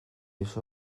los